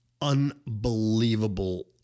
Unbelievable